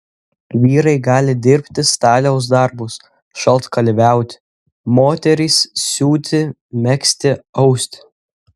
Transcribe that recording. vyrai gali dirbti staliaus darbus šaltkalviauti moterys siūti megzti austi